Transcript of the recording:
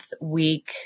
week